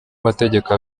amategeko